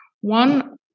One